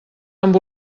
amb